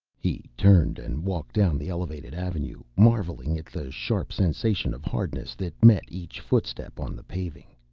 he turned and walked down the elevated avenue, marveling at the sharp sensation of hardness that met each footstep on the paving.